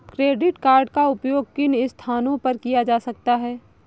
Credit card का उपयोग किन स्थानों पर किया जा सकता है?